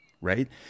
right